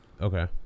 Okay